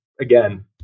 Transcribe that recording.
again